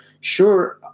sure